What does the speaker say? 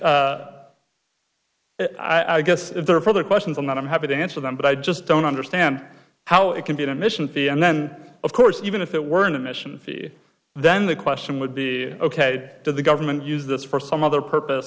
just i guess if there are further questions on that i'm happy to answer them but i just don't understand how it can be an admission fee and then of course even if it were an admission then the question would be ok to the government use this for some other purpose